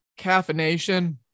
Caffeination